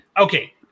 okay